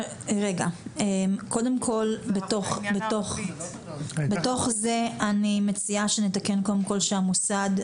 קודם כל בתוך זה אני מציעה שנתקן שהמוסד,